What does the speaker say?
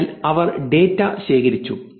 അതിനാൽ അവർ ഡാറ്റ ശേഖരിച്ചു